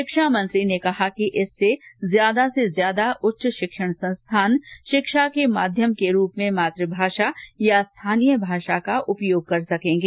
शिक्षा मंत्री ने कहा कि इससे ज्यादा से ज्यादा उच्च शिक्षण संस्थान शिक्षा के माध्यम के रूप में मात भाषा या स्थानीय भाषा का उपयोग करेंगे